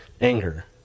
anger